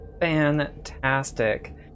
fantastic